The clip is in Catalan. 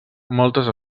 moltes